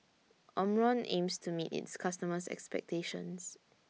Omron aims to meet its customers' expectations